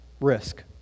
risk